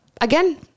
again